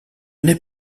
n’est